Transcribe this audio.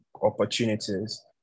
opportunities